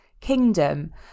Kingdom